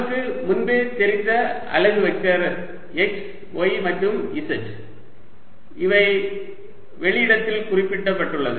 நமக்கு முன்பே தெரிந்த அலகு வெக்டர் x y மற்றும் z இவை வெளியிடத்தில் குறிக்கப்பட்டுள்ளது